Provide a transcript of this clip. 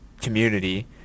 community